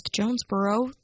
Jonesboro